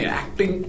acting